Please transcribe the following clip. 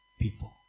people